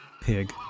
pig